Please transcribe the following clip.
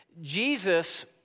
jesus